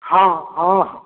हाँ हाँ